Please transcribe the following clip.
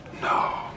no